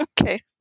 okay